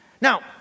now